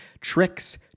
Tricks